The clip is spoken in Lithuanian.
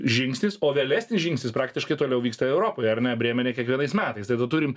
žingsnis o vėlesnis žingsnis praktiškai toliau vyksta europoj ar brėmene kiekvienais metais tada turim